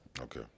Okay